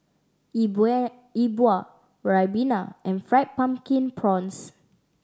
E Bua E Bua Ribena and Fried Pumpkin Prawns